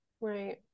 right